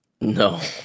No